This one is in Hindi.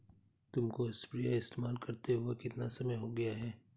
तुमको स्प्रेयर इस्तेमाल करते हुआ कितना समय हो गया है?